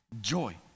joy